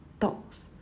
thoughts